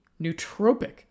nootropic